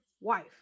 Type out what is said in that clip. wife